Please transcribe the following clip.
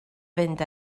fynd